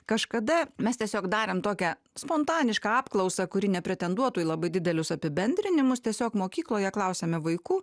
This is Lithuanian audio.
kažkada mes tiesiog darėm tokią spontanišką apklausą kuri nepretenduotų į labai didelius apibendrinimus tiesiog mokykloje klausiame vaikų